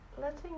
letting